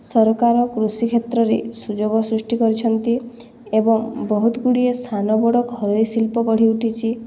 ସରକାର କୃଷି କ୍ଷେତ୍ରରେ ସୁଯୋଗ ସୃଷ୍ଟି କରିଛନ୍ତି ଏବଂ ବହୁତଗୁଡ଼ିଏ ସାନବଡ଼ ଘରୋଇ ଶିଳ୍ପ ଗଢ଼ିଉଠିଛି